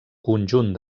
conjunt